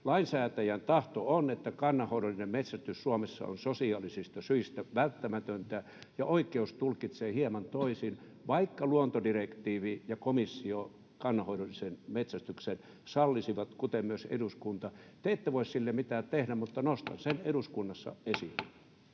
Lainsäätäjän tahto on, että kannanhoidollinen metsästys Suomessa on sosiaalisista syistä välttämätöntä, ja oikeus tulkitsee hieman toisin, vaikka luontodirektiivi ja komissio kannanhoidollisen metsästyksen sallisivat, kuten myös eduskunta. Te ette voi sille mitään tehdä, mutta nostan sen eduskunnassa esiin.